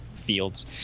fields